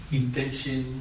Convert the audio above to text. intention